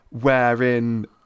wherein